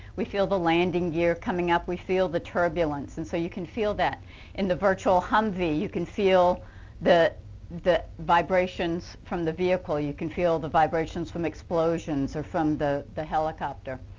we feel the landing gear coming up we feel the turbulence. and so you can feel that in the virtual humvee you can feel the the vibrations from the vehicle. you can feel the vibrations from exploags and or from the the helicopter.